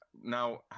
now